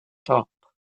top